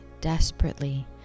desperately